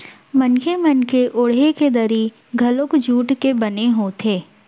मनखे मन के ओड़हे के दरी घलोक जूट के बने होथे